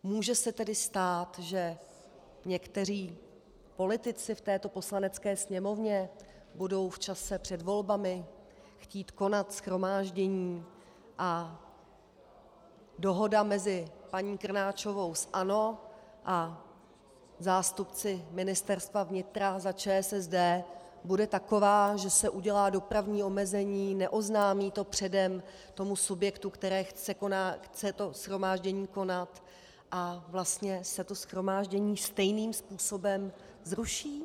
Může se tedy stát, že někteří politici v této Poslanecké sněmovně budou v čase před volbami chtít konat shromáždění a dohoda mezi paní Krnáčovou z ANO a zástupci Ministerstva vnitra za ČSSD bude taková, že se udělá dopravní omezení, neoznámí to předem subjektu, který chce shromáždění konat, a vlastně se to shromáždění stejným způsobem zruší?